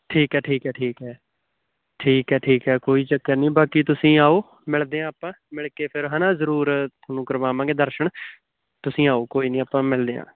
ਠੀਕ ਹੈ ਠੀਕ ਹੈ ਠੀਕ ਹੈ ਠੀਕ ਹੈ ਠੀਕ ਹੈ ਕੋਈ ਚੱਕਰ ਨਹੀਂ ਬਾਕੀ ਤੁਸੀਂ ਆਓ ਮਿਲਦੇ ਹਾਂ ਆਪਾਂ ਮਿਲ ਕੇ ਫਿਰ ਹੈ ਨਾ ਜ਼ਰੂਰ ਤੁਹਾਨੂੰ ਕਰਵਾਵਾਂਗੇ ਦਰਸ਼ਨ ਤੁਸੀਂ ਆਓ ਕੋਈ ਨਹੀਂ ਆਪਾਂ ਮਿਲਦੇ ਹਾਂ